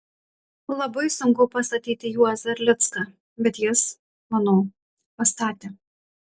labai sunku pastatyti juozą erlicką bet jis manau pastatė